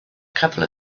couple